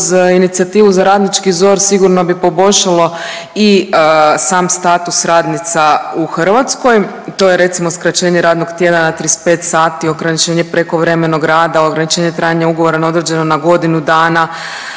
inicijativu za radnički ZOR sigurno bi poboljšalo i sam status radnica u Hrvatskoj, to je recimo skraćenje radnog tjedna na 35 sati, ograničenje prekovremenog rada, ograničenje trajanja ugovora na određeno na godinu dana,